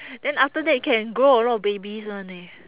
then after that can grow a lot babies one leh